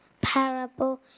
parable